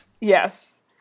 Yes